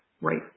right